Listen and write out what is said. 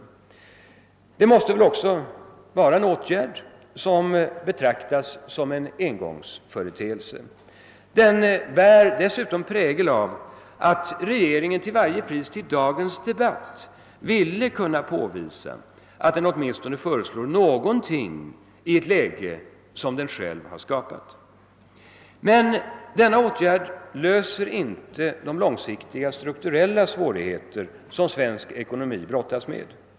Detta ingripande måste väl också vara en åtgärd, som måste betraktas som en engångsföreteelse. Den bär dessutom prägel av alt regeringen till varje pris till dagens debatt ville kunna påvisa, att den åtminstone föreslår någonting i det läge som den själv har skapat. Men denna åtgärd löser inte de långsiktiga strukturella svårigheter som svensk ekonomi brottas med.